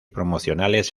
promocionales